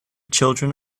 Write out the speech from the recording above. children